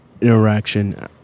interaction